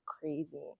crazy